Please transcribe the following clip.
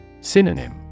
Synonym